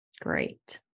great